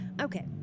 Okay